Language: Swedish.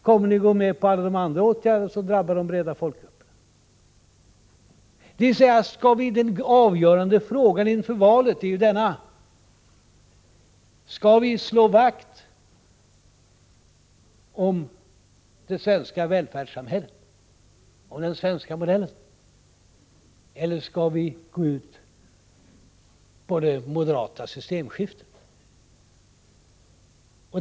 Kommer ni att gå med på alla de andra åtgärder som kommer att drabba de breda folkgrupperna? Den avgörande frågan inför valet är ju: Skall vi slå vakt om det svenska välfärdssamhället, om den svenska modellen, eller skall vi gå ut i det moderata systemskiftet?